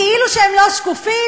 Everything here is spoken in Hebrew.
כאילו הם לא שקופים,